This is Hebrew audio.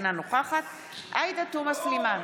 אינה נוכחת עאידה תומא סלימאן,